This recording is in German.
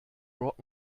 rock